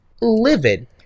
livid